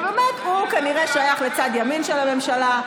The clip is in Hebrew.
הוא כנראה שייך לצד ימין של הממשלה,